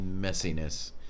messiness